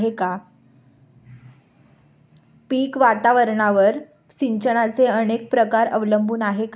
पीक वातावरणावर सिंचनाचे अनेक प्रकार अवलंबून आहेत का?